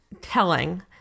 telling